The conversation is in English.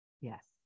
Yes